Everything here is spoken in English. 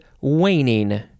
waning